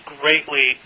greatly